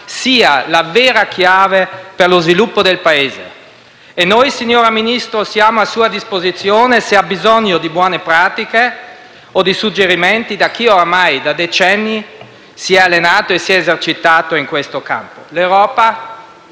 sono la vera chiave per lo sviluppo del Paese. E noi, signora Ministro, siamo a sua disposizione, se ha bisogno di buone pratiche o di suggerimenti da chi ormai da decenni si è allenato e si esercitato in questo campo. L'Europa,